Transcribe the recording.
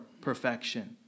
perfection